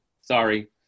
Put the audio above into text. Sorry